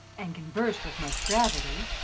and conversed with much gravity,